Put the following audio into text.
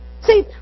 See